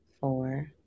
four